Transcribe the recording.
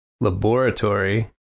Laboratory